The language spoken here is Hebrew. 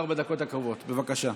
בבקשה.